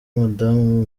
madamu